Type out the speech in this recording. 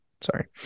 Sorry